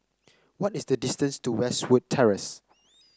what is the distance to Westwood Terrace